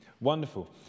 Wonderful